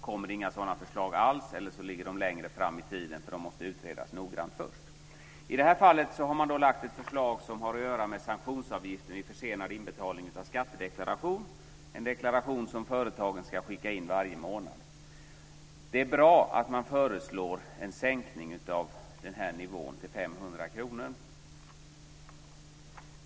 kommer inga förslag alls eller också ligger de längre fram i tiden, för de måste utredas noggrant först. I det här fallet har man lagt fram ett förslag som har att göra med sanktionsavgifter vid försenad skattedeklaration, en deklaration som företaget ska skicka in varje månad. Det är bra att man föreslår en sänkning av nivån till 500 kr.